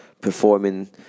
performing